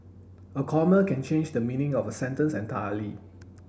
a comma can change the meaning of a sentence entirely